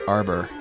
Arbor